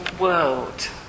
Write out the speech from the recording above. world